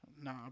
Nah